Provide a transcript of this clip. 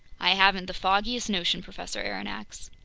i haven't the foggiest notion, professor aronnax.